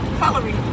coloring